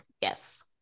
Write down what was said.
Yes